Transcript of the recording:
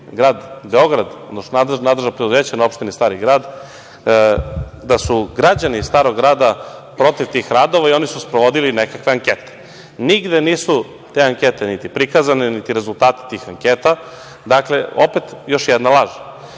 grad Beograd, odnosno nadležna preduzeća na opštini Stari grad, da su građani Starog grada protiv tih radova i oni su sprovodili nekakve ankete. Nigde te ankete nisu prikazane, niti rezultati tih anketa. Dakle, opet još jedna laž. Grad